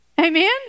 Amen